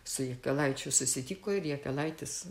su jakelaičiu susitiko ir jakelaitis